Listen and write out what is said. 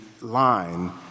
line